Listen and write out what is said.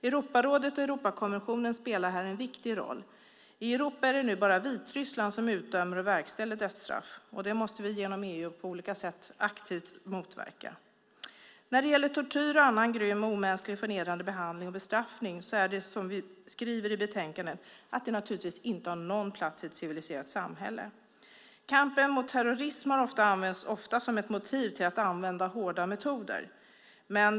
Europarådet och Europakonventionen spelar här en viktig roll. I Europa är det nu bara Vitryssland som utdömer och verkställer dödsstraff. Det måste vi genom EU på olika sätt aktivt motverka. När det gäller tortyr och annan grym och omänsklig förnedrande behandling och bestraffning är det som vi skriver i betänkandet, nämligen att det naturligtvis inte har någon plats i ett civiliserat samhälle. Kampen mot terrorism har ofta använts som ett motiv till att använda hårda metoder.